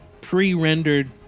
pre-rendered